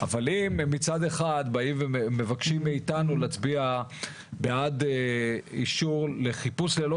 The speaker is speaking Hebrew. אבל אם מצד אחד באים ומבקשים מאתנו להצביע בעד אישור לחיפוש ללא